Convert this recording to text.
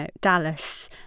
Dallas